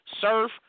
surf